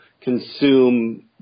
consume